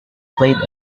played